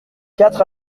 quatre